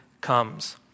comes